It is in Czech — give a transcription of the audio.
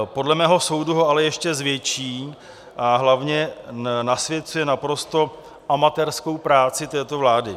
Podle mého soudu ho ale ještě zvětší a hlavně nasvěcuje naprosto amatérskou práci této vlády.